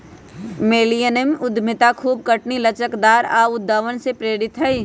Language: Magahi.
मिलेनियम उद्यमिता खूब खटनी, लचकदार आऽ उद्भावन से प्रेरित हइ